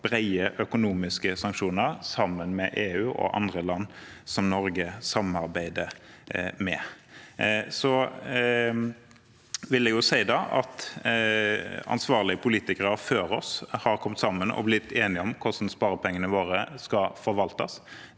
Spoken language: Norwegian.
brede økonomiske sanksjoner sammen med EU og andre land som Norge samarbeider med. Jeg vil si at ansvarlige politikere før oss har kommet sammen og blitt enige om hvordan sparepengene våre skal forvaltes.